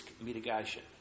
mitigation